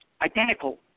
identical